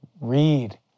read